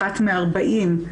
אחת מ-40,